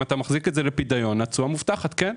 אם אתה מחזיק את לפידיון, התשואה מובטחת, כן.